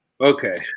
Okay